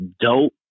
dope